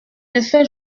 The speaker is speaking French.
effet